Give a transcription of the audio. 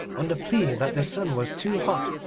on the plea that the sun was too hot,